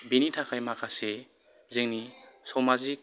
बेनि थाखाय माखासे जोंनि समाजिक